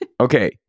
Okay